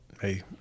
Hey